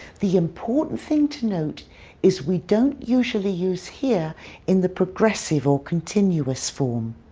the important thing to note is we don't usually use hear in the progressive or continuous form.